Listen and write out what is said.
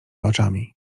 oczami